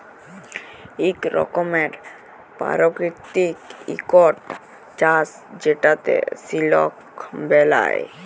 ইক রকমের পারকিতিক ইকট চাষ যেটতে সিলক বেলায়